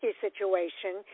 situation